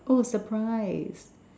oh surprise